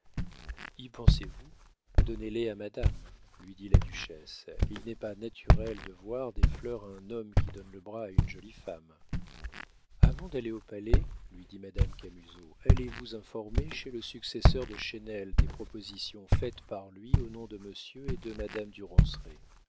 y pensez-vous donnez les à madame lui dit la duchesse il n'est pas naturel de voir des fleurs à un homme qui donne le bras à une jolie femme avant d'aller au palais lui dit madame camusot allez vous informer chez le successeur de chesnel des propositions faites par lui au nom de monsieur et de madame